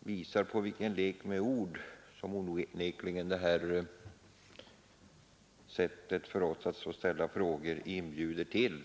visar vilken lek med ord detta vårt sätt att få ställa enkla frågor onekligen inbjuder till.